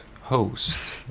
host